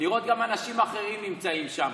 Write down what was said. לראות גם אנשים אחרים נמצאים שם.